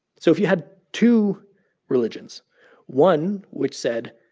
so if you had two religions one which said,